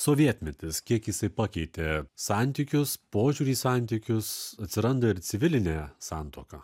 sovietmetis kiek jisai pakeitė santykius požiūrį į santykius atsiranda ir civilinė santuoka